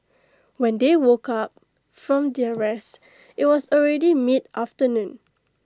when they woke up from their rest IT was already mid afternoon